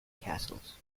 castles